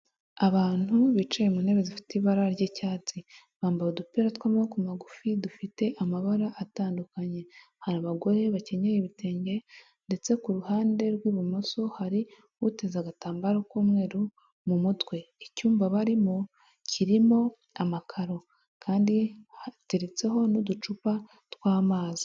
Abantu bicaye mu ntebe zifite ibara ry'icyatsi, bambaye udupira tw'amaboko magufi, dufite amabara atandukanye, hari abagore bakenyeye ibitenge, ndetse ku ruhande rw'ibumoso hari uteze agatambaro k'umweru mu mutwe, icyumba barimo kirimo amakaro kandi hateretseho n'uducupa tw'amazi.